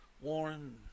Warren